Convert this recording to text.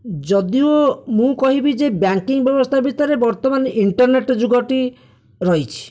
ଯଦିଓ ମୁଁ କହିବି ଯେ ବ୍ୟାଙ୍କିଙ୍ଗ ବ୍ୟବସ୍ଥା ଭିତରେ ବର୍ତ୍ତମାନ ଇଣ୍ଟର୍ନେଟ ଯୁଗଟି ରହିଛି